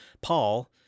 Paul